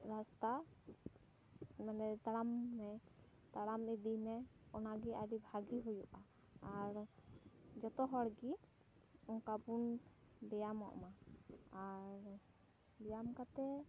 ᱨᱟᱥᱛᱟ ᱢᱟᱱᱮ ᱛᱟᱲᱟᱢ ᱢᱮ ᱛᱟᱲᱟᱢ ᱤᱫᱤ ᱢᱮ ᱚᱱᱟ ᱜᱮ ᱟ ᱰᱤ ᱵᱷᱟᱜᱮ ᱦᱩᱭᱩᱜᱼᱟ ᱟᱨ ᱡᱚᱛᱚ ᱦᱚᱲ ᱜᱮ ᱚᱱᱠᱟ ᱵᱚᱱ ᱵᱮᱭᱟᱢᱚᱜ ᱢᱟ ᱟᱨ ᱵᱮᱭᱟᱢ ᱠᱟᱛᱮ